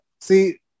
see